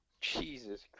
Jesus